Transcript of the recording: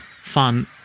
fun